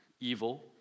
evil